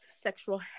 sexual